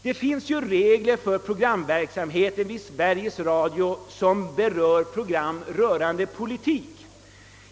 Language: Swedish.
Det finns regler för programverksamheten vid Sveriges Radio beträffande Politiska program.